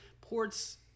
ports